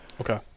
Okay